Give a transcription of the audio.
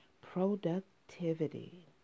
productivity